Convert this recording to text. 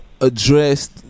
addressed